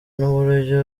nuburyo